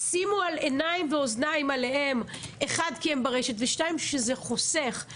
שימו על אוזניים ועיניים עליהם כי הם ברשת וגם מכיוון שזה חוסך.